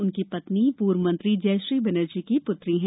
उनकी पत्नी पूर्व मंत्री जयश्री बैनर्जी की पुत्री हैं